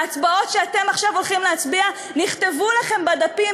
ההצבעות שאתם עכשיו הולכים להצביע נכתבו לכם בדפים,